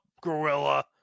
Gorilla